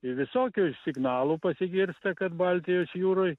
visokių signalų pasigirsta kad baltijos jūroj